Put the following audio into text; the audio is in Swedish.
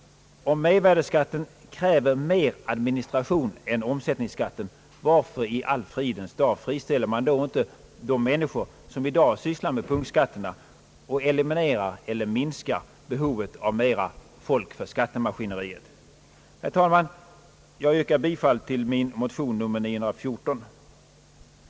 Om mervärdeskatten kräver större administration än omsättningsskatten, varför i all fridens dagar friställer man då inte de människor som i dag sysslar med punktskatterna och eliminerar eller minskar behovet av mera folk för skattemaskineriet? Jag kommer, herr talman, att yrka bifall till min motion nr 914.